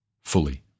fully